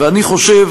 ואני חושב